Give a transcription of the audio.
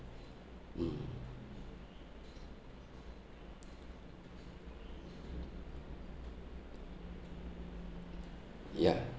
mm ya